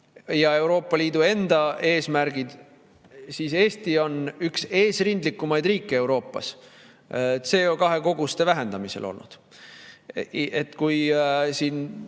ja Euroopa Liidu enda eesmärgid –, siis Eesti on olnud üks eesrindlikumaid riike Euroopas CO2‑koguste vähendamisel. Kui siin